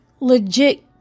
legit